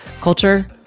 culture